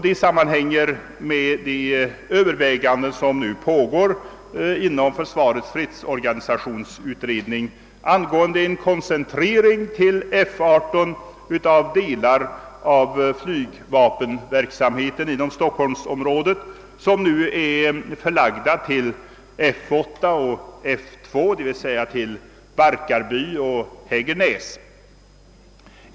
Det sammanhänger med de överväganden som pågår inom försvarets fredsorganisationsutredning angående en koncentrering till F18 av delar av flygvapenverksamheten inom stockholmsområdet som nu är förlagda till F 8 och F 2, d.v.s. till Barkarby och Hägernäs.